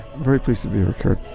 very pleased to be here